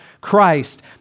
Christ